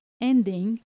ending